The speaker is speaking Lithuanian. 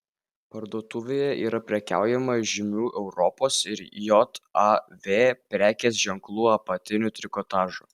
parduotuvėje yra prekiaujama žymių europos ir jav prekės ženklų apatiniu trikotažu